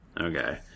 Okay